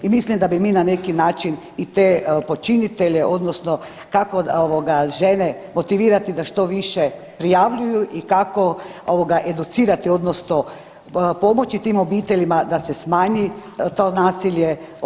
I mislim da bi mi na neki način i te počinitelje, odnosno kako žene motivirati da što više prijavljuju i kako educirati, odnosno pomoći tim obiteljima da se smanji to nasilje.